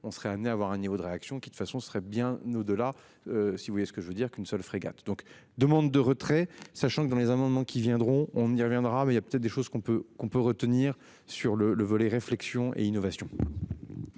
on serait amené à avoir un niveau de réactions qui de toute façon ce serait bien nous de là. Si vous voulez, ce que je veux dire qu'une seule frégates donc demande de retrait sachant que dans les amendements qui viendront, on y reviendra mais il y a peut-être des choses qu'on peut qu'on peut retenir sur le le volet réflexion et innovation.